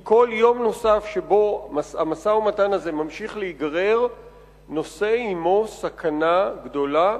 כי כל יום שבו המשא-ומתן הזה ממשיך להיגרר נושא עמו סכנה גדולה,